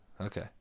Okay